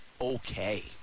okay